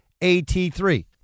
AT3